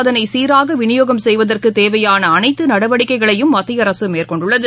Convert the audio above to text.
அதனைசீராகவிநியோகம் செய்வதற்குதேவையானஅனைத்துடவடிக்கைகளையும் மத்திய அரசுமேற்கொண்டுள்ளது